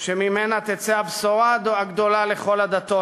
"שממנה תצא הבשורה הגדולה לכל הדתות,